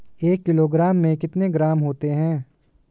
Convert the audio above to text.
एक किलोग्राम में कितने ग्राम होते हैं?